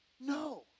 No